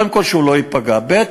קודם כול, שהוא לא ייפגע, ב.